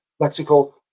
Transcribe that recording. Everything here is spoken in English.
lexical